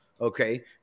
Okay